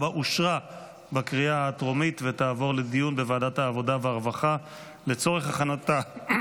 2024, לוועדת העבודה והרווחה נתקבלה.